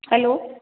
hello